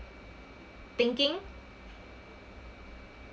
thinking